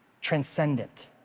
transcendent